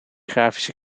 grafische